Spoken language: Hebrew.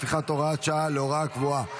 הפיכת הוראת שעה להוראה קבועה),